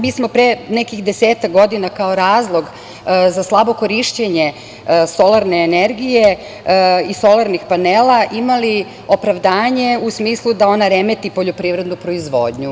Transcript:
Mi smo pre nekih desetak godina kao razlog za slabo korišćenje solarne energije i solarnih panela imali opravdanje u smislu da ona remeti poljoprivrednu proizvodnju.